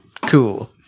Cool